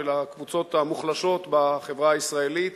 ולקבוצות המוחלשות בחברה הישראלית,